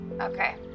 Okay